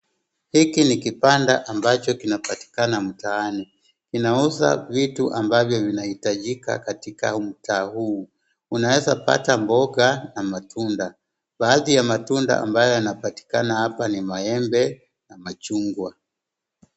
Hiki ni kibanda kinachopatikana mtaani. Kinauza vitu vinavyohitajika katika mtaa huu. Unaweza pata mboga na matunda. Baadhi ya matunda ambayo yanapatikana hapa ni maembe na machungwa.